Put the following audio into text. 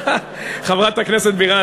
חברת הכנסת בירן,